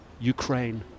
Ukraine